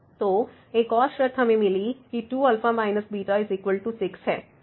तो एक और शर्त हमें मिली कि 2α β6